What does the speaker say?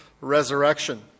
resurrection